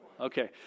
Okay